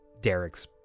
Derek's